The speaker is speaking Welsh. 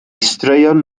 straeon